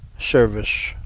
service